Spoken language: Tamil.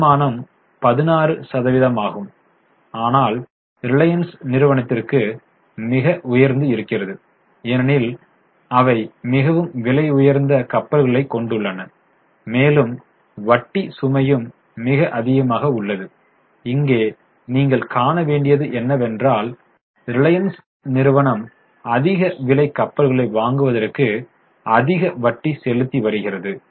தேய்மானம் 16 சதவிகிதமாகும் ஆனால் ரிலையன்ஸ் நிறுவனத்திற்கு மிக உயர்ந்து இருக்கிறது ஏனெனில் அவை மிகவும் விலையுயர்ந்த கப்பல்களைப் கொண்டுள்ளன மேலும் வட்டி சுமையும் மிக அதிகமாக உள்ளது இங்கே நீங்கள் காண வேண்டியது என்னவென்றால் ரிலையன்ஸ் நிறுவனம் அதிக விலைக் கப்பல்களை வாங்குவதற்கு அதிக வட்டி செலுத்தி வாங்குகிறது